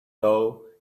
though